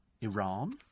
Iran